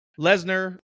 Lesnar